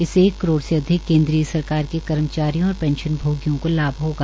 इससे एक करोड़ से अधिक केन्द्रीय सरकार के कर्मचारियों और पेंशन भोगियों को लाभ होगा